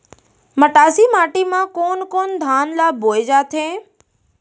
मटासी माटी मा कोन कोन धान ला बोये जाथे?